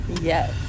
Yes